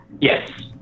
Yes